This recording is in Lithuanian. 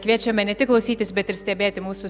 kviečiame ne tik klausytis bet ir stebėti mūsų